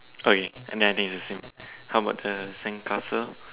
okay then I think is the same how about the sandcastle